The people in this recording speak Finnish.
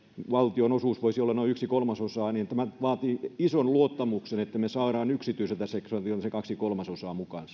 valtionosuus voisi olla noin yksi kolmasosaa vaatii ison luottamuksen että me saamme yksityiseltä sektorilta sen kaksi kolmasosaa mukaan